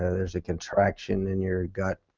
ah there is a contraction in your gut.